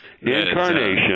Incarnation